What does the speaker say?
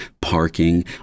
Parking